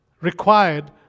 required